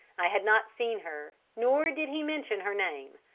i had not seen her, nor did he mention her name,